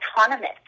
autonomous